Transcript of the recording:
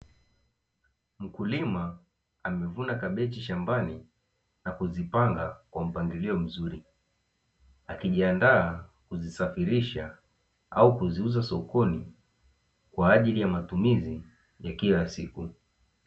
Mkulima amevuna kabichi shambani na kuzipanga kwa mpangilio mzuri, akijiandaa kuzisafirisha au kuziuza sokoni kwa ajili ya matumizi ya kila siku.